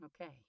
okay